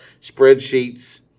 spreadsheets